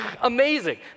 Amazing